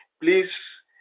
please